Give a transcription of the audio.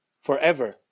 forever